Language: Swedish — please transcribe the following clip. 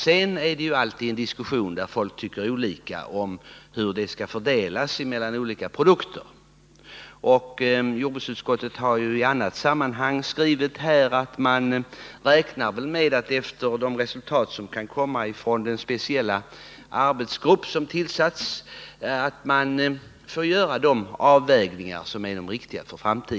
Sedan blir det alltid en diskussion om hur medlen skall fördelas mellan olika produkter. Jordbruksutskottet har i annat sammanhang skrivit att sedan den speciellt tillsatta arbetsgruppen har slutfört sitt arbete får man ta ställning till vilka avvägningar som är de rätta.